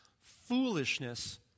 foolishness